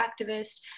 activist